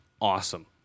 awesome